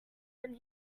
when